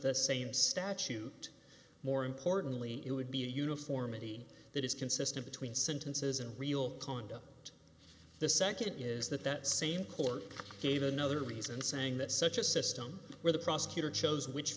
the same statute more importantly it would be a uniformity that is consistent between sentences and real conduct the nd is that that same court gave another reason saying that such a system where the prosecutor chose which